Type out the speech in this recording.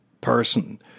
person